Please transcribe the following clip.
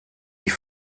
die